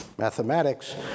mathematics